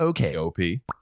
Okay